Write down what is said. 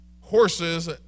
horses